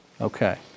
Okay